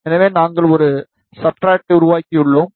எனவே நாங்கள் ஒரு சப்ஸ்ட்ரட்டை உருவாக்கியுள்ளோம்